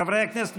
חברי הכנסת,